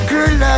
Girl